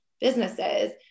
businesses